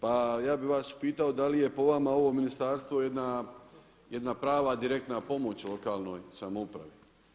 Pa ja bi vas pitao da li je po vama ovo ministarstvo jedna prava direktna pomoć lokalnoj samoupravi?